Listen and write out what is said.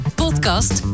podcast